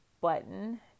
button